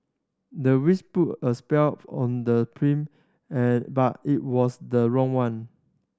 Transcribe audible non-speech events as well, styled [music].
the witch put a spell of on the [unintelligible] [hesitation] but it was the wrong one